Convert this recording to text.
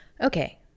Okay